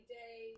day